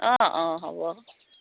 অঁ অঁ হ'ব